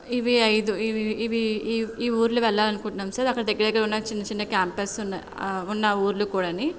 ఇవి ఐదు ఇవి ఇవి ఇవి ఈ ఊళ్ళు వెళ్ళాలని అనుకుంటున్నాము సార్ అక్కడ దగ్గర దగ్గరున్న చిన్న చిన్న క్యాంపస్ ఉన్న ఉన్న ఊళ్ళు కూడానీ